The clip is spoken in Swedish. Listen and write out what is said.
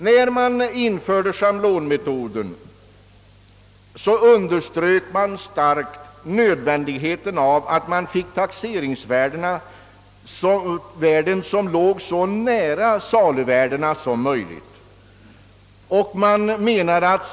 När schablonmetoden infördes underströk man starkt nödvändigheten av att få taxeringsvärden som låge så nära saluvärdena som möjligt.